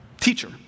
teacher